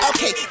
Okay